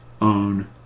own